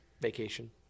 vacation